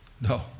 No